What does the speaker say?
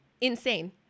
insane